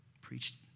preached